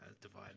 divide